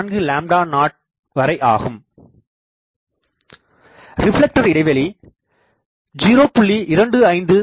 4 0வரை ஆகும் ரிப்ளெக்டர் இடைவெளி 0